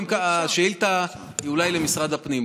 השאילתה היא אולי למשרד הפנים,